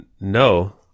No